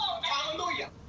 hallelujah